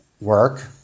work